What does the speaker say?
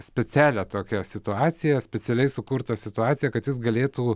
specialią tokia situacija specialiai sukurtą situaciją kad jis galėtų